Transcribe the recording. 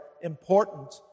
important